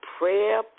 Prayer